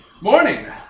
Morning